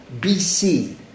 BC